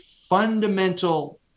fundamental